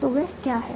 तो वह क्या है